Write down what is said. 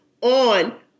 on